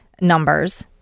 numbers